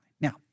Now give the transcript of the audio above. Now